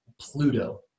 Pluto